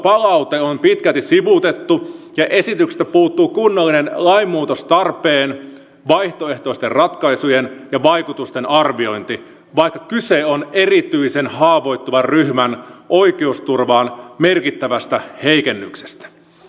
lausuntopalaute on pitkälti sivuutettu ja esityksestä puuttuu kunnollinen lainmuutostarpeen vaihtoehtoisten ratkaisujen ja vaikutusten arviointi vaikka kyse on erityisen haavoittuvan ryhmän oikeusturvan merkittävästä heikennyksestä